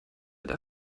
der